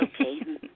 Okay